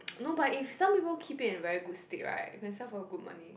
no but some people keep it in very good state right you can sell for good money